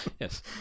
Yes